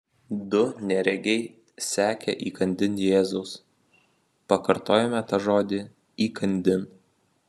du neregiai sekė įkandin jėzaus pakartojame tą žodį įkandin